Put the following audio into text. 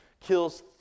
kills